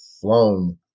flown